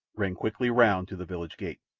ran quickly round to the village gate.